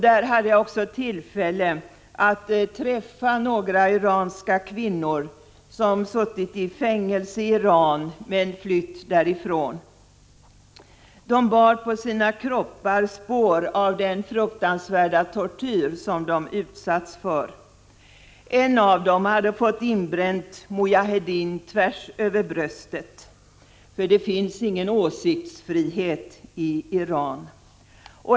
Där hade jag också tillfälle att träffa några iranska kvinnor som suttit i fängelse i Iran men flytt därifrån. De bar på sina kroppar spår av den fruktansvärda tortyr som de utsatts för. En av dem hade fått inbränt ”Mojaheddin” tvärs över bröstet — det finns ingen åsiktsfrihet i Iran.